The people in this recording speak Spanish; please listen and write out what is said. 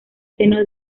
seno